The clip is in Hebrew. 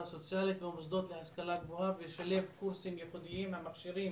סוציאלית במוסדות להשכלה גבוהה ולשלב קורסים ייחודיים המכשירים